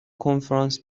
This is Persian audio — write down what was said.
کنفرانس